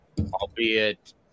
albeit